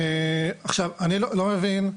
עכשיו אני לא מבין,